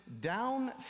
down